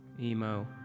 emo